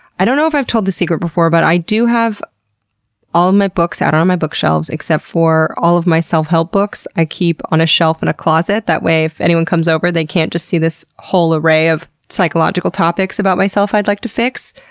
i don't know if i've told this secret before, but i do have all my books out on on my bookshelves, except all of my self-help books i keep on a shelf in a closet, that way if anyone comes over, they can't just see this whole array of psychological topics about myself i'd like to fix.